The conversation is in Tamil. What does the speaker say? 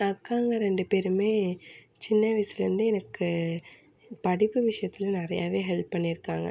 அக்காங்க ரெண்டு பேருமே சின்ன வயசுலேருந்து எனக்கு படிப்பு விஷயத்தில் நிறையாவே ஹெல்ப் பண்ணியிருக்காங்க